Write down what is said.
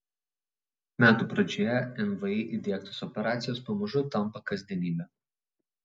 metų pradžioje nvi įdiegtos operacijos pamažu tampa kasdienybe